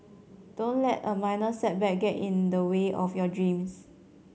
don't let a minor setback get in the way of your dreams